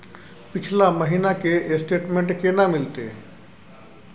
पिछला महीना के स्टेटमेंट केना मिलते?